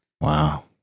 wow